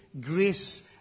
grace